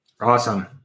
Awesome